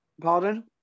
Pardon